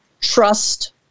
trust